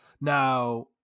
Now